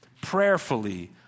prayerfully